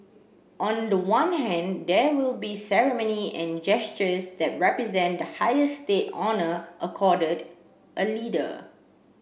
on the one hand there will be ceremony and gestures that represent the highest state honour accorded a leader